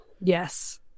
Yes